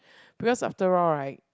because after all right